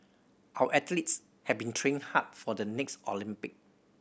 our athletes have been training hard for the next Olympic